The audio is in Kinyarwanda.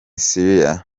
syria